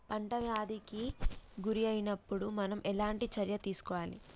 పంట వ్యాధి కి గురి అయినపుడు మనం ఎలాంటి చర్య తీసుకోవాలి?